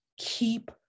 Keep